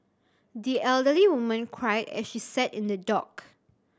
the elderly woman cried as she sat in the dock